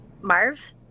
Marv